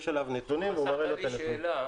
יש עליו נתונים והוא מראה לו את הנתונים.